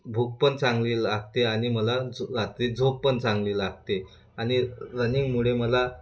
भूक पण चांगली लागते आणि मला झो रात्री झोप पण चांगली लागते आणि रनिंगमुळे मला